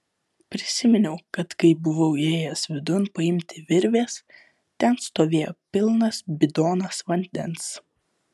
prisiminiau kad kai buvau įėjęs vidun paimti virvės ten stovėjo pilnas bidonas vandens